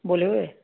Bolero এই